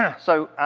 yeah so,